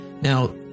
now